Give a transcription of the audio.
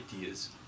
ideas